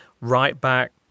right-back